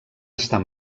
estar